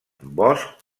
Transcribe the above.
bosch